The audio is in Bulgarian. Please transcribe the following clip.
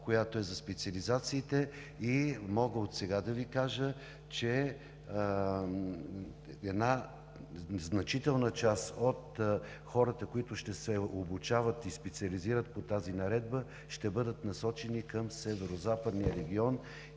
която е за специализациите. Мога отсега да Ви кажа, че една значителна част от хората, които ще се обучават и специализират по тази наредба, ще бъдат насочени към Северозападния регион,